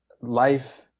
life